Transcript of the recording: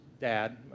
dad